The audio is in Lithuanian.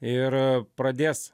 ir pradės